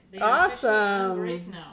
Awesome